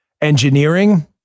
Engineering